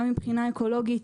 גם מבחינה אקולוגית,